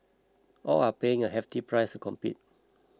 all are paying a hefty price to compete